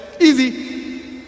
easy